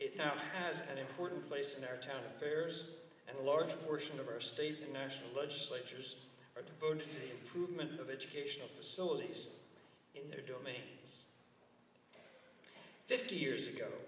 it now has an important place in our town affairs and a large portion of our state and national legislatures are devoted to improvement of educational facilities in their domains fifty years ago